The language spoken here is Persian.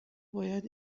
باید